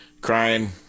crying